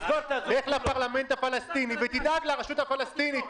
לך לפרלמנט הפלסטיני ותדאג לרשות הפלסטינית.